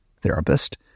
therapist